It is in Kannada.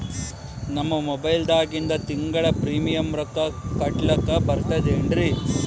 ನಮ್ಮ ಮೊಬೈಲದಾಗಿಂದ ತಿಂಗಳ ಪ್ರೀಮಿಯಂ ರೊಕ್ಕ ಕಟ್ಲಕ್ಕ ಬರ್ತದೇನ್ರಿ?